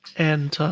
and